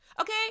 okay